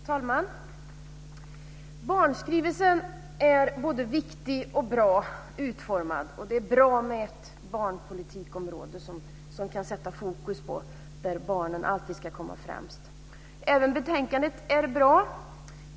Fru talman! Barnskrivelsen är både viktig och bra utformad. Det är bra med ett barnpolitikområde som kan sätta fokus på att barnen alltid ska komma främst. Även betänkandet är bra.